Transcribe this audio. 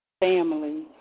family